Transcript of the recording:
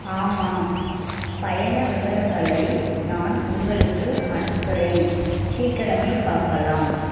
ஆமாம் பயண விவரங்களை நான் உங்களுக்கு அனுப்புகிறேன் சீக்கரமே பார்க்கலாம்